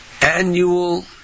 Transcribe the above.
annual